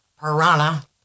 piranha